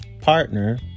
partner